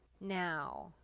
Now